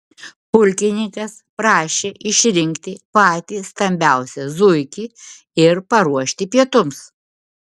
pulkininkas prašė išrinkti patį stambiausią zuikį ir paruošti pietums